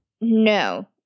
No